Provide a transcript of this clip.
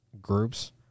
groups